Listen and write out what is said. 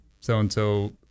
so-and-so